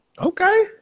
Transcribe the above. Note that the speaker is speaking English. okay